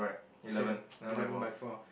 same eleven by four